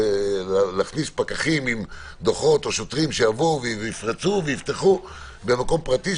להכניס פקחים עם דוחות או שוטרים שיפרצו ויפתחו במקום פרטי,